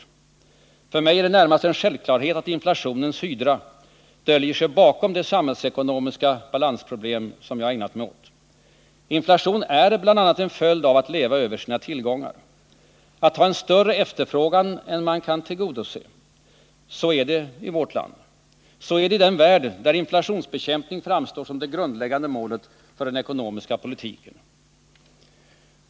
Men för mig är det närmast en självklarhet att inflationens hydra döljer sig bakom de samhällsekonomiska balansproblem jag här ägnat mig åt. Inflation är bl.a. en följd av att leva över sina tillgångar, att tillåta en större efterfrågan än man kan tillgodose. Så är det i vårt land. Så är det i den värld där inflationsbekämpning framstår som det grundläggande målet för den ekomomiska politiken.